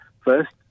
First